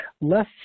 Less